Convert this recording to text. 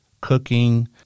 cooking